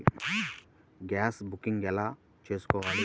Gas booking ఎలా చేసుకోవాలి?